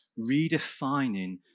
redefining